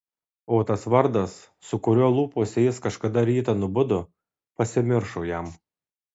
o tas vardas su kuriuo lūpose jis kažkada rytą nubudo pasimiršo jam